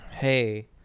hey